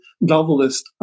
novelist